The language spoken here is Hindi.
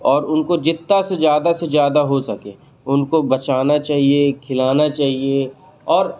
और उनको जितना से ज़्यादा से ज़्यादा हो सके उनको बचाना चाहिए खिलाना चाहिए और